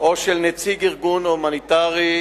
או של נציג ארגון הומניטרי,